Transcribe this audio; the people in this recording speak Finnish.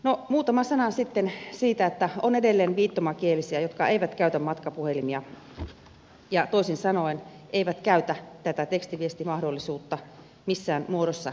no muutama sana sitten siitä että on edelleen viittomakielisiä jotka eivät käytä matkapuhelimia ja toisin sanoen eivät käytä tätä tekstiviestimahdollisuutta missään muodossa elämässään